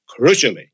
crucially